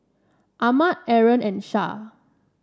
Ahmad Aaron and Shah